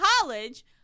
college